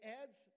adds